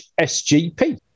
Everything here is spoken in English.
SGP